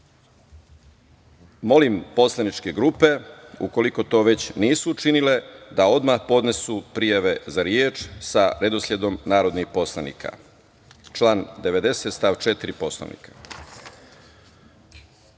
poslaničke grupe, u koliko to već nisu učinile, da odmah podnesu prijave za reč, sa redosledom narodnih poslanika, član 90. stav 4.